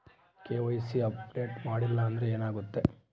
KYC update ಮಾಡಿಲ್ಲ ಅಂದ್ರೆ ಏನಾಗುತ್ತೆ?